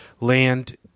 land